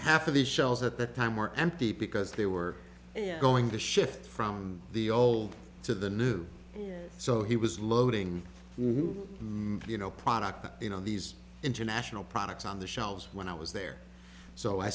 half of the shelves at the time were empty because they were going to shift from the old to the new so he was loading you know product you know these international products on the shelves when i was there so i